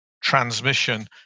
transmission